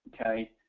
Okay